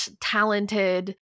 talented